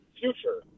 future